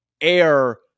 air